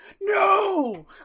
No